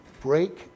break